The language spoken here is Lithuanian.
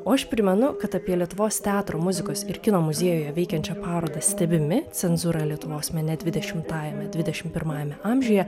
o aš primenu kad apie lietuvos teatro muzikos ir kino muziejuje veikiančią parodą stebimi cenzūra lietuvos mene dvidešimtajame dvidešimt pirmajame amžiuje